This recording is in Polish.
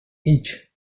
idź